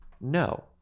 no